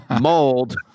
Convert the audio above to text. mold